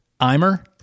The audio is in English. Imer